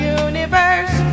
universe